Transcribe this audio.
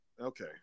Okay